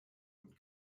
und